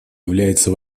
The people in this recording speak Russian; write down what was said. является